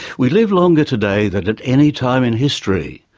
we live longer today than at any time in history.